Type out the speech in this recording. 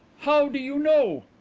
how do you know?